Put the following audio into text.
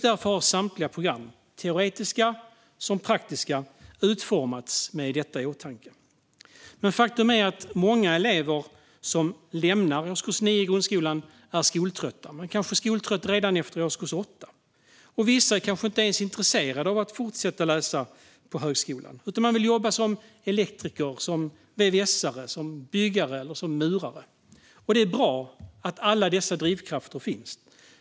Därför har samtliga program, teoretiska som praktiska, utformats med detta i åtanke. Men faktum är att många elever som lämnar årskurs 9 i grundskolan är skoltrötta. Vissa kanske är skoltrötta redan efter årskurs 8. Vissa kanske inte ens är intresserade av att läsa på högskolan utan vill jobba som elektriker, vvs:are, byggare eller murare. Och det är bra att dessa drivkrafter finns.